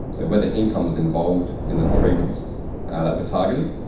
so whether income was involved in the treatments that were targeted,